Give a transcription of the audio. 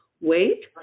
Wait